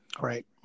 right